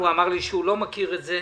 הוא אמר לי שהוא לא מכיר את זה.